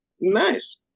Nice